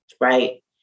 Right